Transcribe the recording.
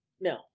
No